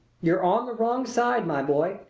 you're on the wrong side, my boy!